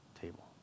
table